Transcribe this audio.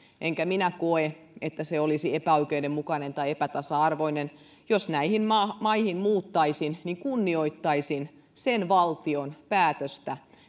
enkä minä koe että se olisi epäoikeudenmukainen tai epätasa arvoinen jos näihin maihin maihin muuttaisin niin kunnioittaisin sen valtion päätöksiä